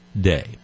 Day